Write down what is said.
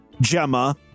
Gemma